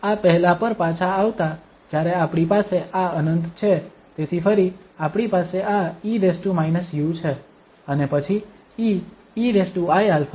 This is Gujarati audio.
આ પહેલા પર પાછા આવતા જ્યારે આપણી પાસે આ ∞ છે તેથી ફરી આપણી પાસે આ e u છે અને પછી e eiαu